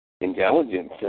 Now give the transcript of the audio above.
intelligence